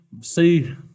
see